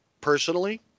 personally